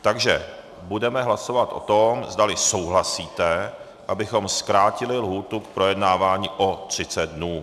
Takže budeme hlasovat o tom, zdali souhlasíte, abychom zkrátili lhůtu k projednávání o 30 dnů.